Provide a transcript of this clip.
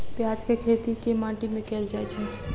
प्याज केँ खेती केँ माटि मे कैल जाएँ छैय?